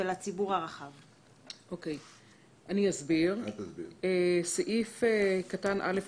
וזאת לצורך איתור מי שהיה עלול להידבק ממנו (להלן: "פעולות הסיוע").